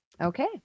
Okay